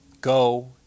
Go